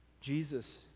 Jesus